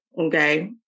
okay